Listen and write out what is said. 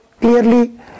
clearly